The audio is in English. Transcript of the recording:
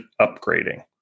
upgrading